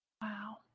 Wow